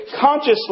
consciously